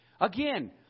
Again